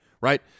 right